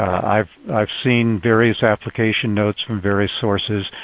i've i've seen various application notes from various sources.